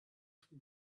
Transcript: from